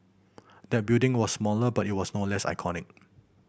that building was smaller but it was no less iconic